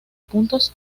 puntos